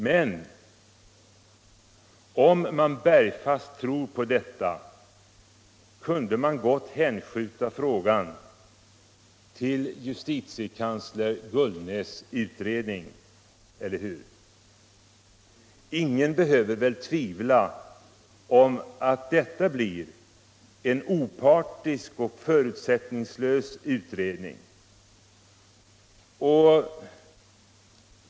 Men om de bergfast tror på detta kunde de gott gå med på att hänskjuta frågan till justitiekansler Gullnäs utredning — eller hur? Ingen behöver väl tvivla på att det blir en opartisk och förutsättningslös utredning.